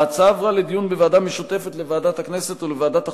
ההצעה עברה לדיון בוועדה משותפת לוועדת הכנסת ולוועדת החוקה,